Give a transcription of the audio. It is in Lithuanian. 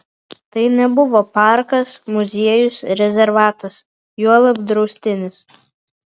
tai nebuvo parkas muziejus rezervatas juolab draustinis